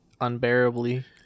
unbearably